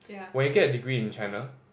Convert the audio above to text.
when you get a degree in China